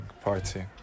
party